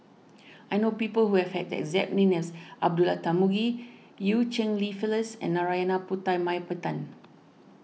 I know people who have had the exact name as Abdullah Tarmugi Eu Cheng Li Phyllis and Narana Putumaippittan